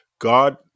God